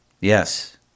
yes